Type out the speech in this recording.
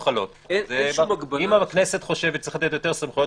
אם הכנסת חושבת שצריך לתת יותר סמכויות